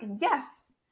yes